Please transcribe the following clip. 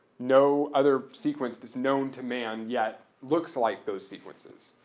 no other sequence that's known to man yet looks like those sequences.